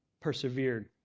persevered